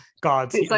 gods